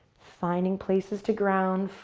finding places to ground,